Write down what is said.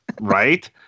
Right